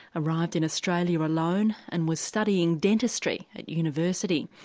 arrived in australia alone, and was studying dentistry at university.